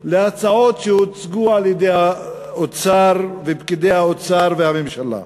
להצעות שהוצגו על-ידי פקידי האוצר והממשלה,